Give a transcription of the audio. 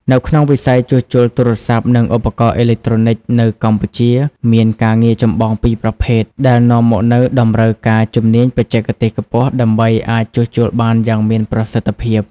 នៅក្នុងវិស័យជួសជុលទូរស័ព្ទ និងឧបករណ៍អេឡិចត្រូនិចនៅកម្ពុជា មានការងារចម្បងពីរប្រភេទ ដែលនាំមកនូវតម្រូវការជំនាញបច្ចេកទេសខ្ពស់ ដើម្បីអាចជួសជុលបានយ៉ាងមានប្រសិទ្ធភាព។